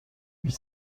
huit